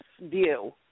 view